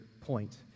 point